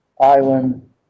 island